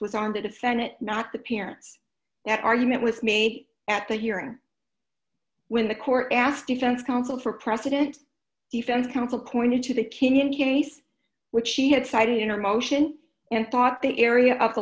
was on the defendant not the parents that argument with me at the hearing when the court asking fans counsel for president he found counsel pointed to the kenyan case which she had cited in her motion and thought the area of the